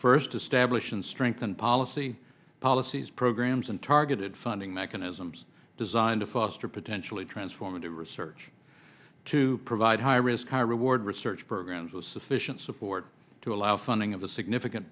first establish and strengthen policy policies programs and targeted funding mechanisms designed to foster potentially transformative research to provide high risk high reward research programs with sufficient support to allow funding of a significant